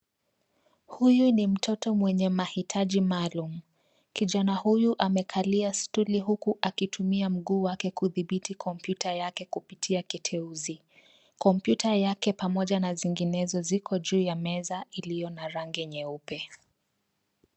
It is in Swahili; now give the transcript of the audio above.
Huyu ni mtoto mwenye mahitaji maalum kijana huyu amekalia stoli uku akitumia mguu wake kudhibiti kopyuta yake kupitia kiteuzi. Kopyuta yake pamoja na zinginezo ziko juu ya meza iliona rangi nyeupe.